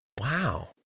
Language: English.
Wow